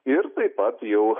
ir taip pat jau